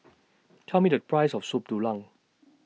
Tell Me The Price of Soup Tulang